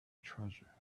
treasure